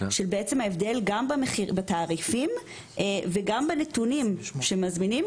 ההבדל בתעריפים וגם בנתונים של המזמינים,